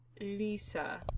Lisa